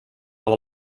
alle